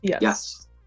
Yes